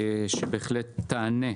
שבהחלט תיתן